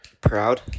Proud